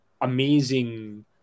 amazing